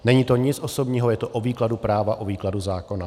Není to nic osobního, je to o výkladu práva, o výkladu zákona.